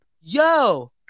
Yo